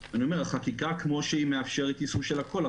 החקיקה, כמו שהיא, מאפשרת יישום של הכול.